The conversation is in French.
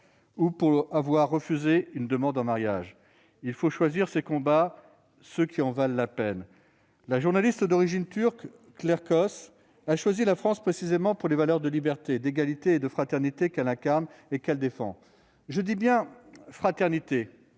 ou pour avoir refusé une demande en mariage. Il faut choisir ses combats, ceux qui en valent la peine. La journaliste d'origine turque, Claire Koç, a choisi la France précisément pour les valeurs de liberté, d'égalité et de fraternité que notre pays incarne et défend. Je dis bien « fraternité »,